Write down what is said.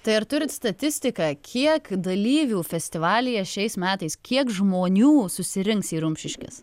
tai ar turit statistiką kiek dalyvių festivalyje šiais metais kiek žmonių susirinks į rumšiškes